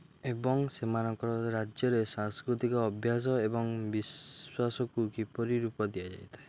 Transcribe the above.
ଏବଂ ସେମାନଙ୍କର ରାଜ୍ୟରେ ସାଂସ୍କୃତିକ ଅଭ୍ୟାସ ଏବଂ ବିଶ୍ୱାସକୁ କିପରି ରୂପ ଦିଆଯାଇଥାଏ